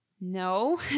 no